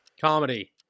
Comedy